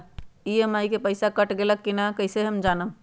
EMI के पईसा cut गेलक कि ना कइसे हम जानब?